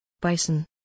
Bison